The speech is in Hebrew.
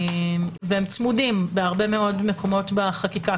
והם צמודים בהרבה מאוד מקומות בחקיקה.